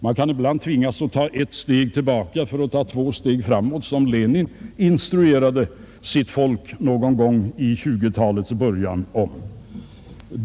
Man kan ibland tvingas att ta ett steg tillbaka för att ta två steg framåt, som Lenin instruerade sitt folk någon gång i 1920-talets början.